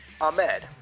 ahmed